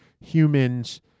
humans